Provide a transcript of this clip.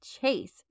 chase